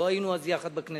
לא היינו אז יחד בכנסת,